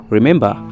Remember